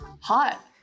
hot